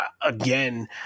again